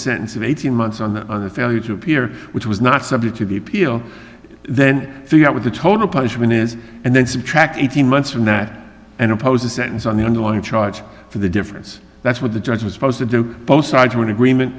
sentence of eighteen months on the other failure to appear which was not subject to be appeal then figure out what the total punishment is and then subtract eighteen months from that and impose a sentence on the underlying charge for the difference that's what the judge was supposed to do both sides were in agreement